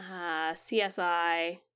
CSI